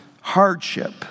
hardship